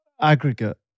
aggregate